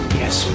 Yes